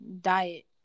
diet